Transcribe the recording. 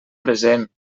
present